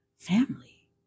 Family